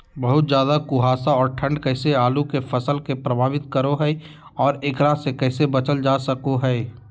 बहुत ज्यादा कुहासा और ठंड कैसे आलु के फसल के प्रभावित करो है और एकरा से कैसे बचल जा सको है?